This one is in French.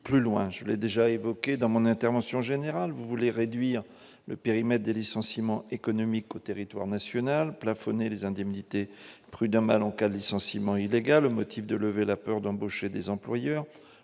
je l'ai déjà évoqué dans mon intervention général vous voulez réduire le périmètre des licenciements économiques au territoire national plafonner les indemnités prud'homales en cas de licenciement illégal au motif de lever la peur d'embaucher des employeurs